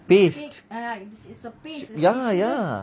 paste ya ya